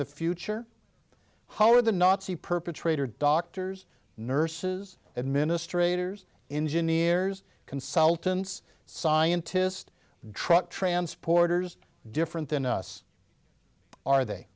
the future how are the nazi perpetrator doctors nurses administrators engineers consultants scientist truck transporters different than us are they